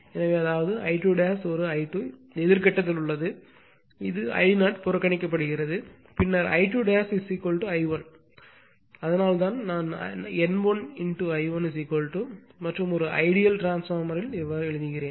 எனவே அதாவது I2 ஒரு I2 எதிர் கட்டத்தில் உள்ளது இது I0 புறக்கணிக்கப்படுகிறது பின்னர் I2 I1 அதனால்தான் நான் N1I1 மற்றும் ஒரு ஐடியல் டிரான்ஸ்பார்மர்யில் எழுதினேன்